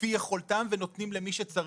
כפי יכולתם ונותנים למי שצריך.